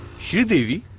sridevi,